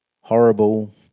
horrible